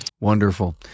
wonderful